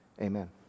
Amen